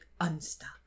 unstuck